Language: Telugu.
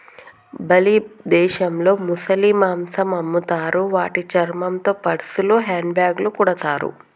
బాలి దేశంలో ముసలి మాంసం అమ్ముతారు వాటి చర్మంతో పర్సులు, హ్యాండ్ బ్యాగ్లు కుడతారు